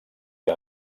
que